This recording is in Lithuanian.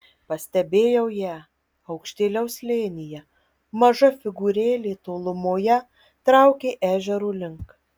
pastebėjau ją aukštėliau slėnyje maža figūrėlė tolumoje traukė ežero link